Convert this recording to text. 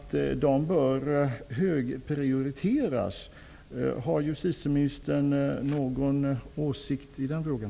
De bör högprioriteras. Har justitieministern någon åsikt i den frågan?